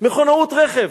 מכונאות רכב,